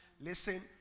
Listen